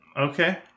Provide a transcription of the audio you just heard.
okay